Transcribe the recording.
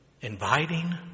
inviting